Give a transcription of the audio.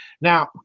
Now